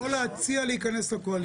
או להציע להיכנס לקואליציה.